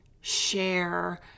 share